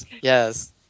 Yes